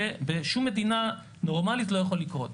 זה בשום מדינה נורמלית לא יכול לקרות.